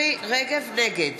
נגד